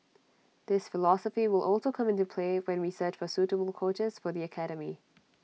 this philosophy will also come into play when we search for suitable coaches for the academy